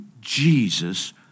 Jesus